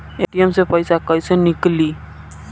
ATM से पैसा कैसे नीकली?